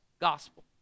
gospel